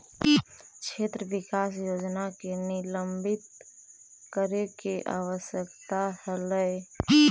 क्षेत्र विकास योजना को निलंबित करे के आवश्यकता हलइ